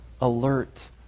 alert